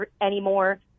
anymore